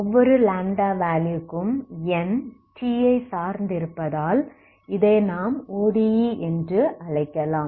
ஒவ்வொரு λ வேல்யூ க்கும் n T ஐ சார்ந்து இருப்பதால் இதை நாம் ODE என்று அழைக்கலாம்